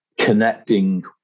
connecting